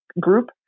group